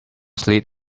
slid